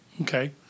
okay